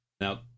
Now